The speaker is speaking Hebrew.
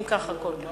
אם כך הכול טוב.